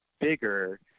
bigger